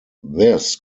this